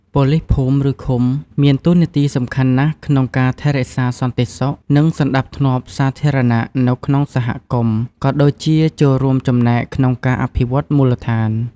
ប៉ូលីសភូមិ ឬ ឃុំ មានតួនាទីសំខាន់ណាស់ក្នុងការថែរក្សាសន្តិសុខ និងសណ្តាប់ធ្នាប់សាធារណៈនៅក្នុងសហគមន៍ ក៏ដូចជាចូលរួមចំណែកក្នុងការអភិវឌ្ឍន៍មូលដ្ឋាន។